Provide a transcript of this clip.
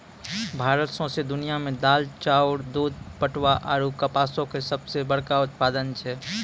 भारत सौंसे दुनिया मे दाल, चाउर, दूध, पटवा आरु कपासो के सभ से बड़का उत्पादक छै